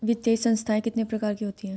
वित्तीय संस्थाएं कितने प्रकार की होती हैं?